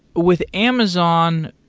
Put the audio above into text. with amazon,